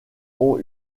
ont